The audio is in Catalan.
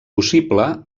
possible